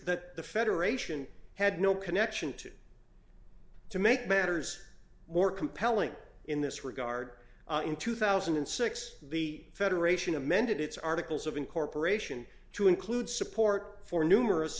that the federation had no connection to to make matters more compelling in this regard in two thousand and six the federation amended its articles of incorporation to include support for numerous